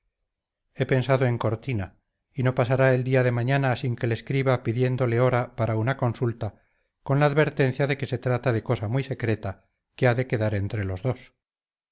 he pensado en cortina y no pasará el día de mañana sin que le escriba pidiéndole hora para una consulta con la advertencia de que se trata de cosa muy secreta que ha de quedar entre los dos